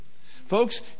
Folks